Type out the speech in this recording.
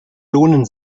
lohnen